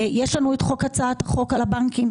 יש לנו את הצעת החוק על הבנקים,